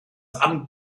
amt